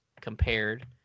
compared